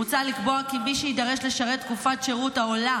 מוצע לקבוע כי מי שיידרש לשרת תקופת שירות העולה